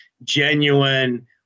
genuine